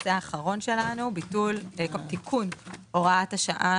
הנושא האחרון שלנו תיקון הוראת השעה